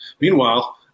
Meanwhile